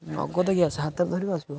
ସାତରେ ଧରିବୁ ଆସିବୁ